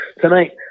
Tonight